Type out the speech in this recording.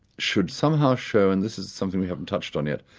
should somehow show, and this is something we haven't touched on yet,